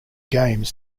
games